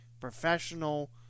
professional